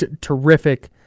terrific